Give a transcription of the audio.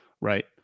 right